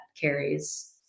carries